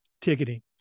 ticketing